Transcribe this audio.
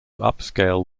upscale